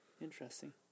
Interesting